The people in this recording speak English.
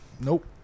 Nope